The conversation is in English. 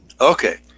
Okay